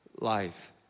life